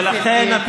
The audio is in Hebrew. ולכן,